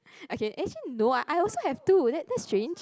okay actually no ah I also have two that that's strange